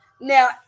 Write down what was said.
Now